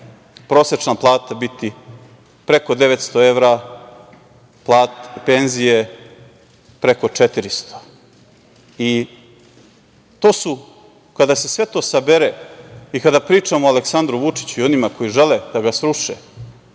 prosečna plata biti preko 900 evra, penzije preko 400.Kada se sve to sabere i kada pričamo o Aleksandru Vučiću i onima koji žele da ga sruše,